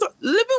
living